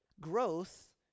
growth